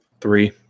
Three